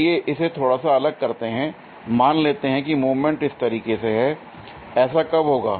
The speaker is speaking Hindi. आइए इसे थोड़ा सा अलग करते हैं l मान लेते हैं की मूवमेंट इस तरीके से है l ऐसा कब होगा